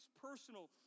personal